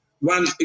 one